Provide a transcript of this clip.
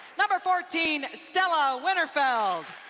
number fourteen stella winter field,